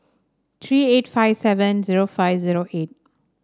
three eight five seven zero five zero eight